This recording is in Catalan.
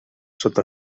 sota